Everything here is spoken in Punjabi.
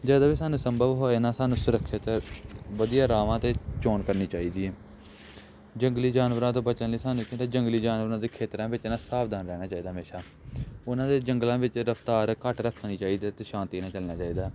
ਜਦੋਂ ਵੀ ਸਾਨੂੰ ਸੰਭਵ ਹੋ ਜਾਣਾ ਸਾਨੂੰ ਸੁਰੱਖਿਅਤ ਵਧੀਆ ਰਾਹਾਂ 'ਤੇ ਚੋਣ ਕਰਨੀ ਚਾਹੀਦੀ ਹੈ ਜੰਗਲੀ ਜਾਨਵਰਾਂ ਤੋਂ ਬਚਣ ਲਈ ਸਾਨੂੰ ਕਹਿੰਦੇ ਜੰਗਲੀ ਜਾਨਵਰਾਂ ਦੇ ਖੇਤਰਾਂ ਵਿੱਚ ਨਾ ਸਾਵਧਾਨ ਰਹਿਣਾ ਚਾਹੀਦਾ ਹਮੇਸ਼ਾ ਉਹਨਾਂ ਦੇ ਜੰਗਲਾਂ ਵਿੱਚ ਰਫਤਾਰ ਘੱਟ ਰੱਖਣੀ ਚਾਹੀਦੀ ਅਤੇ ਸ਼ਾਂਤੀ ਨਾਲ ਚੱਲਣਾ ਚਾਹੀਦਾ